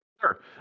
Sure